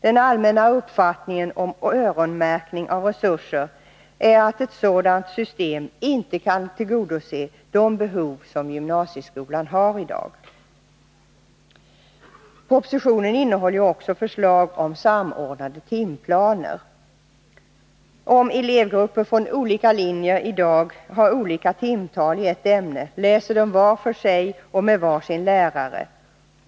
Den allmänna uppfattningen om ”öronmärkning” av resurser är, att ett sådant system inte kan tillgodose de behov som gymnasieskolan i dag har. Propositionen innehåller också förslag om samordnade timplaner. Om elevgrupper från olika linjer i dag har olika timtal i ett ämne, läser de var för sig och med var sin lärare.